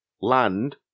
Land